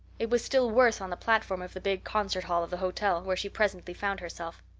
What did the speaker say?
it was still worse on the platform of the big concert hall of the hotel, where she presently found herself.